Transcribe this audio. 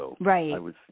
Right